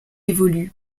évolue